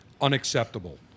unacceptable